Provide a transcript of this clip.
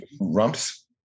Rumps